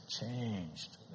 changed